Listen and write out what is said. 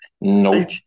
Nope